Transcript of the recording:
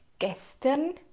Gestern